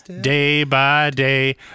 day-by-day